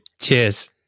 cheers